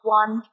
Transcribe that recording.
one